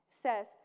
says